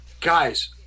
guys